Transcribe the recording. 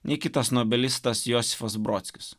nei kitas novelistas josifas brodskis